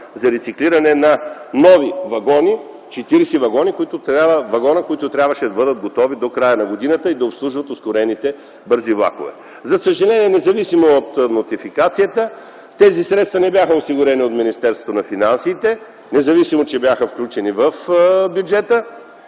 за рециклиране на нови 40 вагона, които трябваше да бъдат готови до края на годината и да обслужват ускорените бързи влакове. За съжаление, независимо от нотификацията, средствата не бяха осигурени от Министерството на финансите, независимо че бяха включени в бюджета.